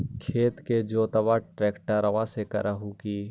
खेत के जोतबा ट्रकटर्बे से कर हू की?